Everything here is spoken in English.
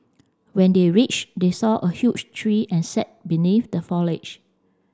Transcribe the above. when they reach they saw a huge tree and sat beneath the foliage